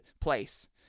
place